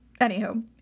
Anywho